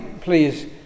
please